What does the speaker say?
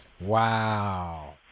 Wow